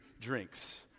drinks